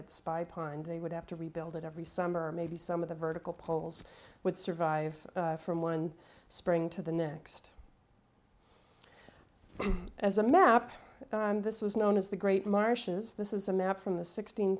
at spy pond they would have to rebuild it every summer maybe some of the vertical poles would survive from one spring to the next as a map this was known as the great marshes this is a map from the sixteen